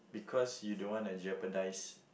cause you don't want to jeopardise